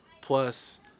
Plus